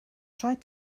tried